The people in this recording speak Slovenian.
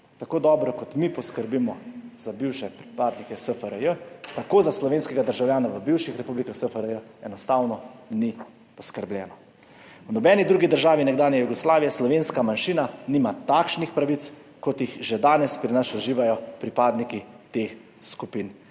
Tako dobro kot mi poskrbimo za bivše pripadnike SFRJ, tako za slovenskega državljana v bivših republikah SFRJ enostavno ni poskrbljeno. V nobeni drugi državi nekdanje Jugoslavije slovenska manjšina nima takšnih pravic, kot jih že danes pri nas uživajo pripadniki teh skupin.